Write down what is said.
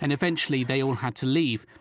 and eventually they all had to leave.